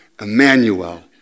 Emmanuel